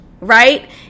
right